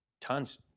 tons